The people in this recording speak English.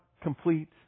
complete